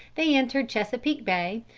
they entered chesapeake bay,